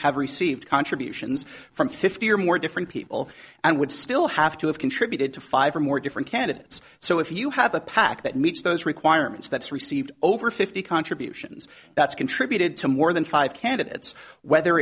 have received contributions from fifty or more different people and would still have to have contributed to five or more different candidates so if you have a pac that meets those requirements that's received over fifty contributions that's contributed to more than five candidates whether